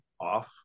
off